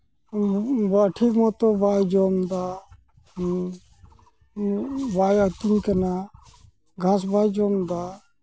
ᱴᱷᱤᱠ ᱢᱚᱛᱚ ᱵᱟᱭ ᱡᱚᱢᱫᱟ ᱵᱟᱭ ᱟᱹᱛᱤᱧ ᱠᱟᱱᱟ ᱜᱷᱟᱸᱥ ᱵᱟᱭ ᱡᱚᱢᱫᱟ